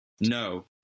No